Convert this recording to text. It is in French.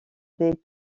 des